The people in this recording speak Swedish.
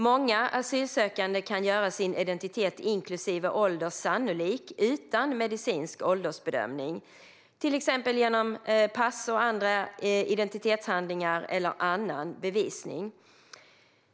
Många asylsökande kan göra sin identitet inklusive ålder sannolik utan medicinsk åldersbedömning, till exempel genom pass och andra identitetshandlingar eller annan bevisning.